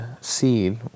seed